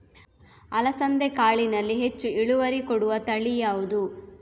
ಅಲಸಂದೆ ಕಾಳಿನಲ್ಲಿ ಹೆಚ್ಚು ಇಳುವರಿ ಕೊಡುವ ತಳಿ ಯಾವುದು?